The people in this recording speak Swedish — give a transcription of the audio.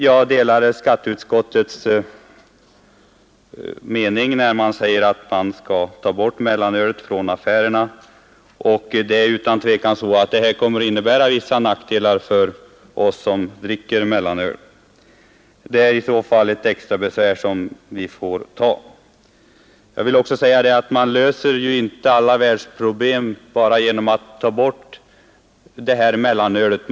Jag delar skatteutskottets mening att man bör ta bort mellanölet från affärerna. Det kommer utan tvekan att innebära vissa nackdelar för oss som dricker mellanöl; det är i så fall ett extra besvär som vi får ta. Men man löser inte alla världsproblem bara genom att ta bort mellanölet från affärerna.